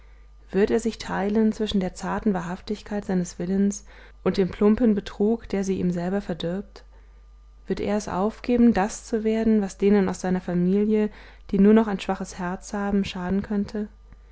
wird er sich teilen zwischen der zarten wahrhaftigkeit seines willens und dem plumpen betrug der sie ihm selber verdirbt wird er es aufgeben das zu werden was denen aus seiner familie die nur noch ein schwaches herz haben schaden könnte